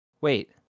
Wait